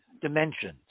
dimensions